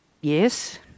Yes